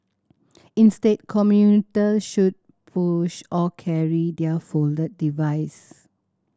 instead commuter should push or carry their folded device